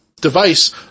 device